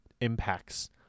impacts